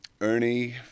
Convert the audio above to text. Ernie